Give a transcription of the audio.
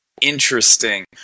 interesting